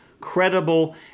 credible